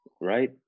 right